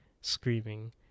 screaming